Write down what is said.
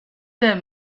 them